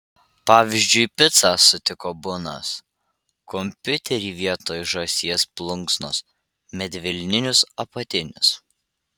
pavyzdžiui picą sutiko bunas kompiuterį vietoj žąsies plunksnos medvilninius apatinius